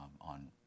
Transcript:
on